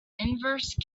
inverse